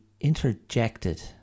interjected